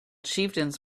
chieftains